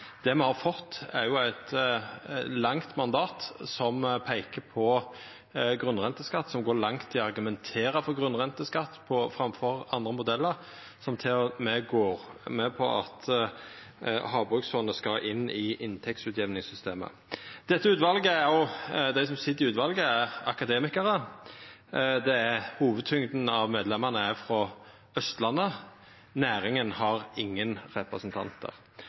Det me har fått, er eit langt mandat som peiker på grunnrenteskatt, og som går langt i å argumentera for grunnrenteskatt framfor andre modellar og at Havbruksfondet skal inn i inntektsutjamningssystemet. Dei som sit i utvalet, er akademikarar, hovudtyngda av medlemene er frå Austlandet, og næringa har ingen representantar.